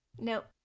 nope